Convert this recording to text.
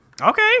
Okay